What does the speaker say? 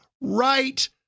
right